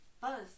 Buzz